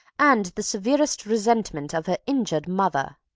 and the severest resentment of her injured mother.